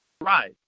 Right